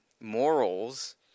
morals